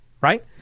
Right